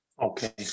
Okay